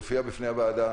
יופיע בפני הוועדה.